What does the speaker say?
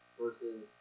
versus